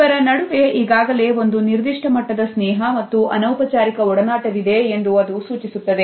ಇಬ್ಬರ ನಡುವೆ ಈಗಾಗಲೇ ಒಂದು ನಿರ್ದಿಷ್ಟ ಮಟ್ಟದ ಸ್ನೇಹ ಮತ್ತು ಅನೌಪಚಾರಿಕ ಒಡನಾಟವಿದೆ ಎಂದು ಅದು ಸೂಚಿಸುತ್ತದೆ